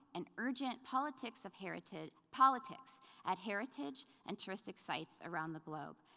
and urgent politics of heritage, politics at heritage and touristic sites around the globe.